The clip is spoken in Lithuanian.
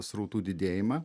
srautų didėjimą